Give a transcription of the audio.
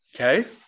okay